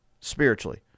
spiritually